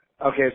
Okay